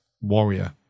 warrior